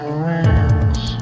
wings